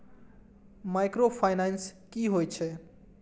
Micro finance कि होई छै?